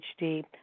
HD